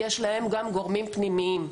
יש להם גם גורמים פנימיים.